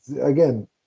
again